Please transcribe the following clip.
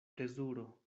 plezuro